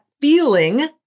feeling